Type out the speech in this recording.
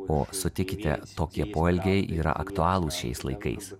o sutikite tokie poelgiai yra aktualūs šiais laikais